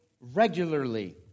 regularly